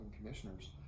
commissioners